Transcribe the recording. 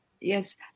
Yes